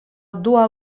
dua